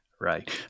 Right